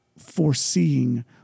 foreseeing